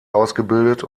ausgebildet